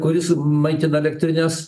kuris maitina elektrines